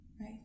Right